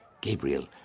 Gabriel